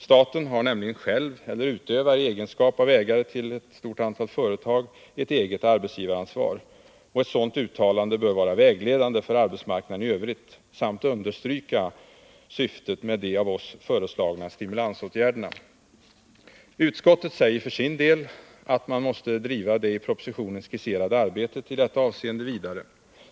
Staten har nämligen själv — eller utövar i egenskap av ägare till företag — ett eget arbetsgivaransvar, och ett sådant uttalande bör vara vägledande för arbetsmarknaden i övrigt samt understryka syftet med de av oss föreslagna stimulansåtgärderna. Utskottet säger för sin del att man måste driva det i propositionen skisserade arbetet i detta avseende vidare.